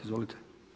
Izvolite.